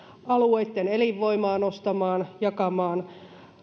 alueitten elinvoimaa nostamaan jakamaan